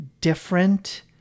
different